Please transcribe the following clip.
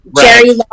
jerry